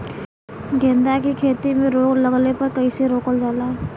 गेंदा की खेती में रोग लगने पर कैसे रोकल जाला?